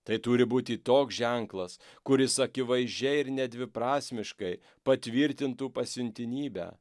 tai turi būti toks ženklas kuris akivaizdžiai ir nedviprasmiškai patvirtintų pasiuntinybę